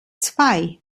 zwei